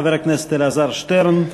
חבר הכנסת אלעזר שטרן,